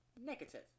negative